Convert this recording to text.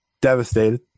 devastated